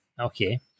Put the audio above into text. Okay